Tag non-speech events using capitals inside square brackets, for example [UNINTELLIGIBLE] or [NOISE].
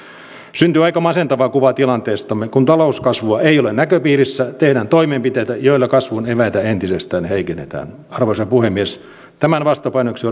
syntyy aika masentava kuva tilanteestamme kun talouskasvua ei ole näköpiirissä tehdään toimenpiteitä joilla kasvun eväitä entisestään heikennetään arvoisa puhemies tämän vastapainoksi [UNINTELLIGIBLE]